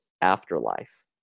afterlife